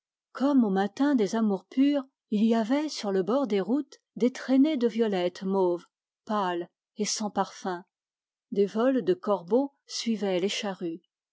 comme au matin des amours pures il y avait sur le bord des routes des traînées de violettes mauves pâles et sans parfum des vols de corbeaux suivaient les charrues